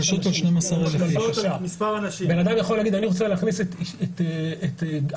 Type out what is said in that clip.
בן אדם יכול להגיד שהוא רוצה להכניס מספר אנשים.